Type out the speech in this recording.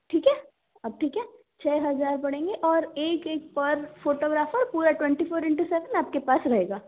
ठीक है अब ठीक है छः हजार पड़ेंगे और एक एक पर फोटोग्राफर पूरा ट्वेंटी फोर इन टू सेवन आपके पास रहेगा